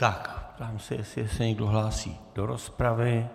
Ptám se, jestli se někdo hlásí do rozpravy.